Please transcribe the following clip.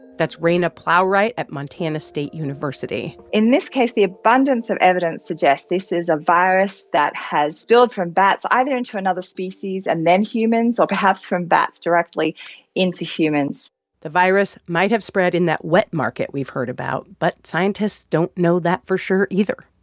that's raina plowright at montana state university in this case, the abundance of evidence suggests this is a virus that has spilled from bats either into another species and then humans or perhaps from bats directly into humans the virus might have spread in that wet market we've heard about. but scientists don't know that for sure either.